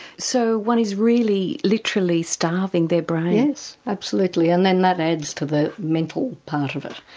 so one is really literally starving their brain? yes, absolutely and then that adds to the mental part of it.